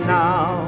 now